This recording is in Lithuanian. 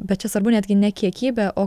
bet čia svarbu netgi ne kiekybė o